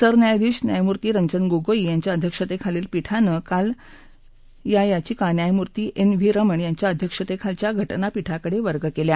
सरन्यायाधीश न्यायमूर्ती रंजन गोगोई यांच्या अध्यक्षतेखालील पीठानं काल या याचिका न्यायमूर्ती एन व्ही रमन यांच्या अध्यक्षतेखालील घटना पीठाकडे वर्ग केल्या